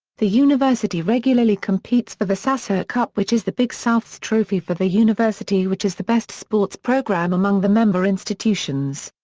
the university regularly competes for the sasser cup which is the big south's trophy for the university which has the best sports program among the member institutions.